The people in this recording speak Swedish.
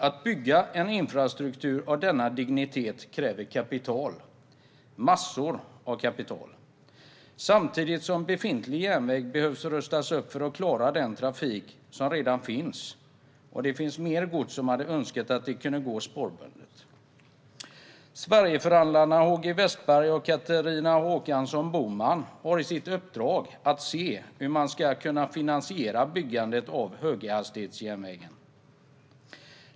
Att bygga infrastruktur av denna dignitet kräver kapital, massor av kapital, samtidigt som befintlig järnväg behöver rustas upp för att klara den trafik som redan finns. Och det finns mer gods som man hade önskat kunde gå spårbundet. Sverigeförhandlarna HG Wessberg och Catharina Håkansson Boman har i sitt uppdrag att se hur man ska kunna finansiera byggandet av höghastighetsjärnvägen.